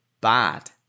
bad